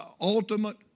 ultimate